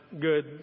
good